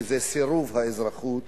כי זה סירוב האזרחות,